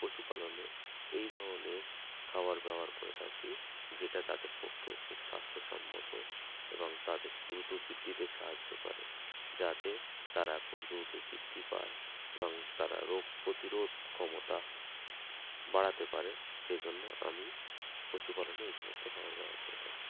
পশুপালনে এই ধরনের খাবার ব্যবহার করে থাকি যেটা তাদের পক্ষে খুব স্বাস্থ্যসম্মত এবং তাদের দ্রুত বৃদ্ধিতে সাহায্য করে যাতে তারা খুব দ্রুত বৃদ্ধি পায় এবং তারা রোগ প্রতিরোধ ক্ষমতা বাড়াতে পারে সেজন্য আমি পশুপালনে এই সমস্ত খাবার ব্যবহার করে থাকি